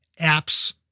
apps